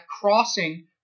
crossing